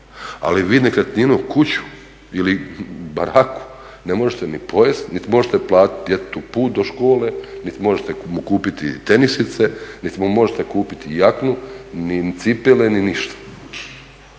Ali vi nekretninu, kuću ili baraku ne možete ni pojesti niti možete platiti djetetu put do škole niti možete mu kupiti tenisice, niti mu možete kupiti jaknu ni cipele ni ništa.